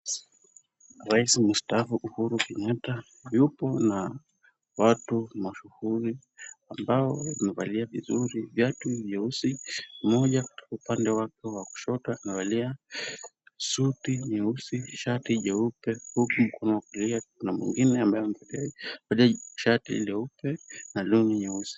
Rais mustaafu Uhuru Kenyatta yupo na watu mashuhuri ambao wamevalia vizuri viatu vyeusi. Mmoja upande wake wa kushoto amevalia suti nyeusi ,shati jeupe huku mkono wa kulia kuna mwingine ambaye amevalia shati nyeupe na long'i nyeusi.